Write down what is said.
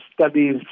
studies